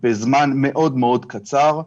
בזמן מאוד מאוד קצר.